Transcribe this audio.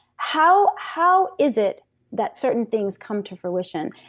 how how is it that certain things come to fruition?